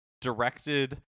directed